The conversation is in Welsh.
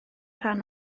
rhan